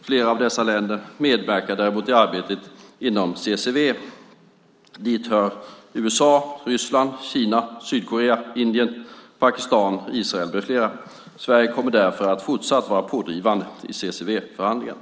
Flera av dessa länder medverkar däremot i arbetet inom CCW. Dit hör USA, Ryssland, Kina, Sydkorea, Indien, Pakistan, Israel med flera. Sverige kommer därför att fortsatt vara pådrivande i CCW-förhandlingarna.